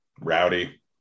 Rowdy